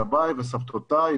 סביי וסבתותיי,